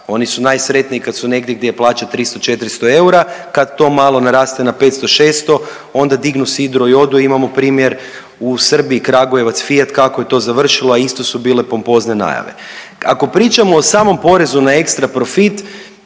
oni su najsretniji kad su negdje gdje je plaća 300-400 eura, kad to malo naraste na 500-600 onda dignu sidro i odu. Imamo primjer u Srbiji, Kragujevac, Fiat, kako je to završilo, a isto su bile pompozne najave. Ako pričamo o samom porezu na ekstra profit